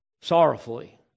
sorrowfully